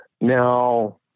Now